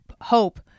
hope